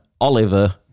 Oliver